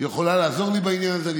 יכולה לעזור לי בעניין הזה.